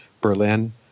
Berlin